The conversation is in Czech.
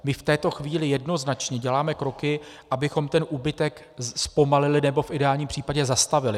My v této chvíli jednoznačně děláme kroky, abychom ten úbytek zpomalili, nebo v ideální případě zastavili.